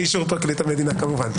באישור פרקליט המדינה כמובן.